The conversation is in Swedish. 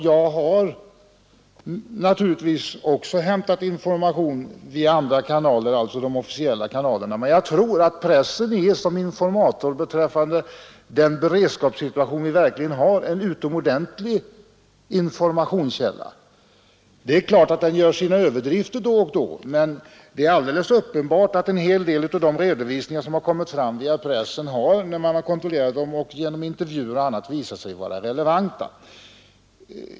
Jag har naturligtvis hämtat information också via de officiella kanalerna, men jag tror att pressen beträffande den beredskapssituation som vi verkligen har är en utom ordentlig informationskälla. Det är klart att den går till överdrift då och då, men det är alldeles uppenbart att en hel del av de redovisningar som kommit fram via pressen har, när man kontrollerat dem genom intervjuer och annat, visat sig vara relevanta.